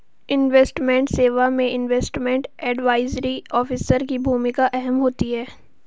investment सेवा में investment advisory officer की भूमिका अहम होती है